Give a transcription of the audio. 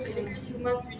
mm